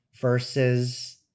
versus